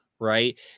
right